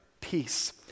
peace